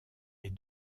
est